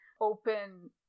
open